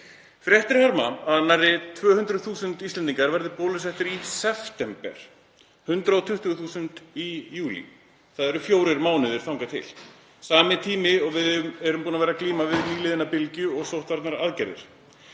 Fréttir herma að nærri 200.000 Íslendingar verði bólusettir í september, 120.000 í júlí. Það eru fjórir mánuðir þangað til, sami tími og við höfum verið að glíma við nýliðna bylgju og sóttvarnaaðgerðir.